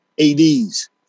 ADs